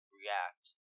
react